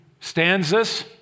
stanzas